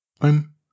I'm